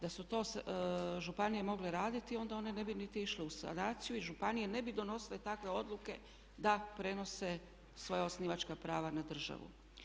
Da su to županije mogle raditi onda one ne bi niti išle u sanaciju i županije ne bi donosile takve odluke da prenose svoja osnivačka prava na državu.